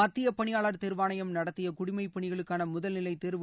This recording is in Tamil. மத்திய பணியாளர் தேர்வாணையம் நடத்திய குடிமைப் பணிகளுக்கான முதல்நிலைத் தேர்வு